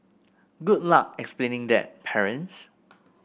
good luck explaining that parents